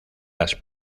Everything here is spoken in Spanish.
las